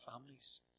families